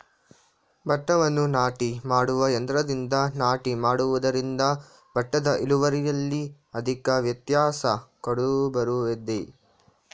ಭತ್ತವನ್ನು ನಾಟಿ ಮಾಡುವ ಯಂತ್ರದಿಂದ ನಾಟಿ ಮಾಡುವುದರಿಂದ ಭತ್ತದ ಇಳುವರಿಯಲ್ಲಿ ಅಧಿಕ ವ್ಯತ್ಯಾಸ ಕಂಡುಬರುವುದೇ?